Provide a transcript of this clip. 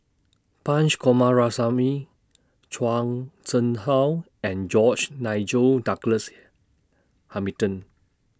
Punch Coomaraswamy Zhuang Sheng How and George Nigel Douglas Hamilton